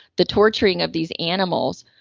the torturing of these animals,